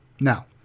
Now